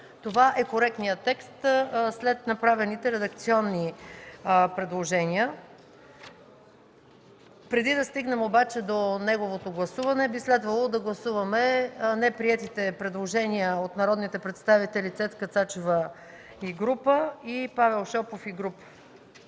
Това е коректният текст след направените редакционни предложения. Преди да стигнем обаче до неговото гласуване, би следвало да гласуваме неприетите предложения от народните представители Цецка Цачева и група народни